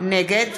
נגד